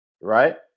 right